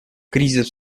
кризис